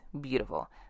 beautiful